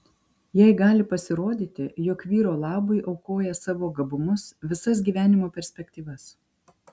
jai gali pasirodyti jog vyro labui aukoja savo gabumus visas gyvenimo perspektyvas